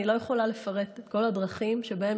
אני לא יכולה לפרט את כל הדרכים שבהם